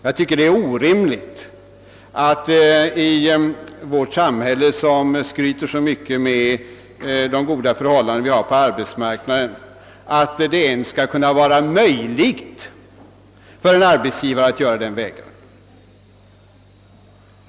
Jag tycker att det är orimligt, att det i vårt samhälle, där vi skryter så mycket med de goda förhållandena på arbetsmarknaden, skall kunna vara möjligt för en arbetsgivare att vägra en sådan förhandling.